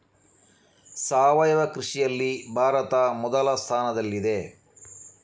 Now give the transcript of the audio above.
ಸಾವಯವ ಕೃಷಿಯಲ್ಲಿ ಭಾರತ ಮೊದಲ ಸ್ಥಾನದಲ್ಲಿದೆ